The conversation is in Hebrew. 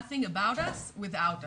Nothing about us without us,